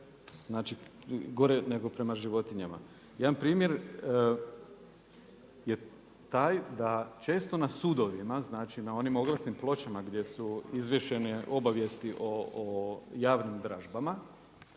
ljudima. Gore nego prema životinjama. Jedan primjer je taj često na sudovima, znači na onim oglasim pločama gdje su izvješene obavijesti o javnim dražbama